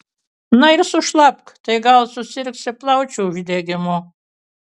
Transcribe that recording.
na ir sušlapk tai gal susirgsi plaučių uždegimu